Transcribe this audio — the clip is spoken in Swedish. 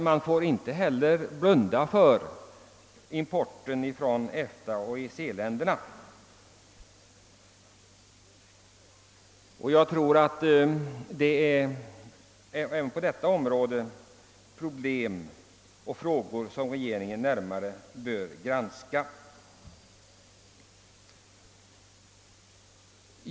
Man får emellertid inte blunda för importen från EFTA och EEC-länderna. Även på detta område finns problem och frågor som regeringen bör närmare granska.